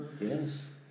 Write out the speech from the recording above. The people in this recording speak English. Yes